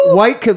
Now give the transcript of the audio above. white